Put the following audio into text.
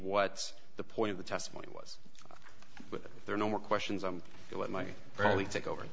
what's the point of the testimony was there no more questions on what might really take over